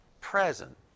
present